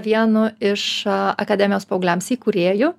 vienu iš akademijos paaugliams įkūrėjų